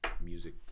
music